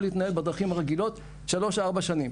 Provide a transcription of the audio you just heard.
להתנהל בדרכים הרגילות שלוש-ארבע שנים.